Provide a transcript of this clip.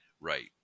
Right